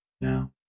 Now